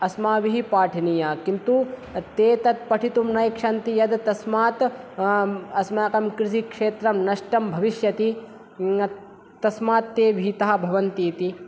अस्माभिः पाठनीयाः किन्तु ते तत् पठितुं न इच्छन्ति यत् तस्मात् अस्माकं कृषिक्षेत्रं नष्टं भविष्यति तस्मात् ते भीताः भवन्ति इति